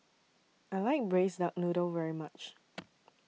I like Braised Duck Noodle very much